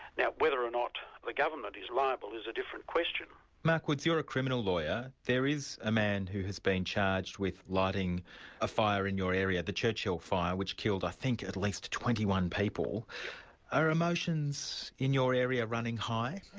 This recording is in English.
now whether or not the government is liable is a different question. you're a criminal lawyer there is a man who has been charged with lighting a fire in your area, the churchill fire which killed i think at least twenty one people are emotions in your area running high?